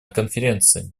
конференции